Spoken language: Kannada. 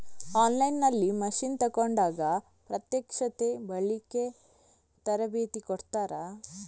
ಆನ್ ಲೈನ್ ನಲ್ಲಿ ಮಷೀನ್ ತೆಕೋಂಡಾಗ ಪ್ರತ್ಯಕ್ಷತೆ, ಬಳಿಕೆ, ತರಬೇತಿ ಕೊಡ್ತಾರ?